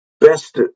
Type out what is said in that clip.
best